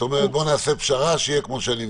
את אומרת בואו נעשה פשרה שזה יהיה כמו שאני מבקשת.